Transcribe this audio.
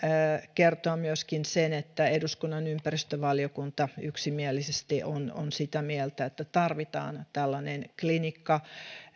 kertoa myöskin sen että eduskunnan ympäristövaliokunta yksimielisesti on on sitä mieltä että tarvitaan tällainen klinikka